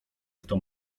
kto